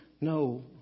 no